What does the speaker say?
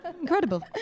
incredible